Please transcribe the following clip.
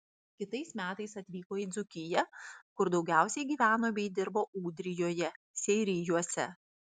kitais metais atvyko į dzūkiją kur daugiausiai gyveno bei dirbo ūdrijoje seirijuose